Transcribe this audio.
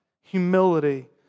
humility